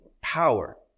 power